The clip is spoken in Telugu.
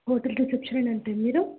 హోటల్ రిసెప్షనేనా అంటే మీరు